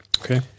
Okay